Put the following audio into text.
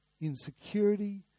insecurity